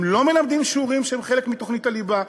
הם לא מלמדים שיעורים שהם חלק מתוכנית הליבה,